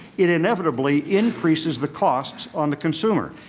it inevitably increases the costs on the consumer.